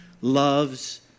loves